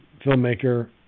filmmaker